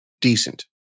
decent